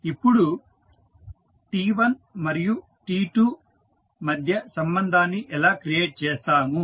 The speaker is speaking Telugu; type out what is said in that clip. ఇప్పుడు T1మరియు T2 మధ్య సంబంధాన్ని ఎలా క్రియేట్ చేస్తాము